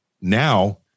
now